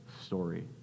story